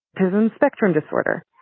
autism spectrum disorder,